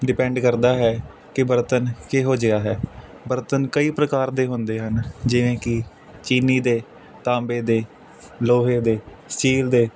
depend ਕਰਦਾ ਹੈ ਕਿ ਬਰਤਨ ਕਿਹੋ ਜਿਹਾ ਹੈ ਬਰਤਨ ਕਈ ਪ੍ਰਕਾਰ ਦੇ ਹੁੰਦੇ ਹਨ ਜਿਵੇਂ ਕਿ ਚੀਨੀ ਦੇ ਤਾਂਬੇ ਦੇ ਲੋਹੇ ਦੇ ਸਟੀਲ ਦੇ